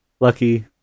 Lucky